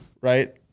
Right